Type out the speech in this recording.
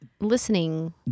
listening